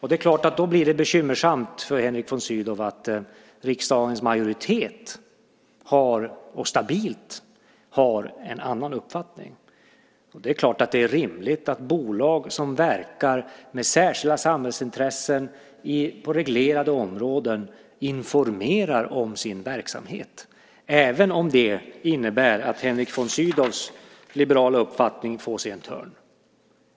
Då blir det förstås bekymmersamt för Henrik von Sydow att riksdagens majoritet stabilt har en annan uppfattning. Det är klart att det är rimligt att bolag som verkar med särskilda samhällsintressen på reglerade områden informerar om sin verksamhet, även om det innebär att Henrik von Sydows liberala uppfattning får sig en törn.